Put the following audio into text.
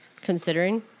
considering